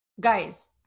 guys